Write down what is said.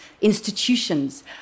institutions